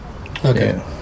Okay